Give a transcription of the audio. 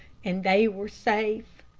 and they were safe.